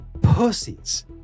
pussies